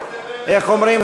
איך אומרים,